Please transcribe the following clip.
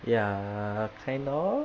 ya kind of